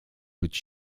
być